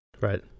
Right